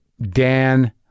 Dan